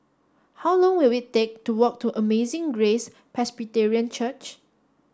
how long will it take to walk to Amazing Grace Presbyterian Church